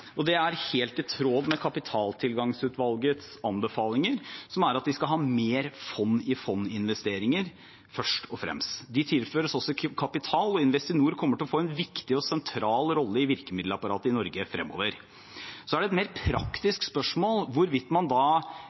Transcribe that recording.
Investinor. Det er helt i tråd med kapitaltilgangsutvalgets anbefalinger, som er at vi skal ha mer fond-i-fond-investeringer, først og fremst. De tilføres også kapital, og Investinor kommer til å få en viktig og sentral rolle i virkemiddelapparatet i Norge fremover. Så er det et mer praktisk spørsmål hvorvidt man da